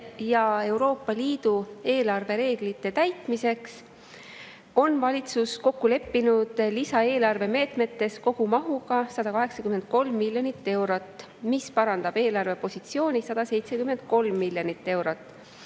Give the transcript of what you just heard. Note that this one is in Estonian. ja Euroopa Liidu eelarvereeglite täitmiseks on valitsus kokku leppinud lisaeelarve meetmetes kogumahuga 183 miljonit eurot, mis parandab eelarve positsiooni 173 miljonit eurot,